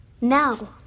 Now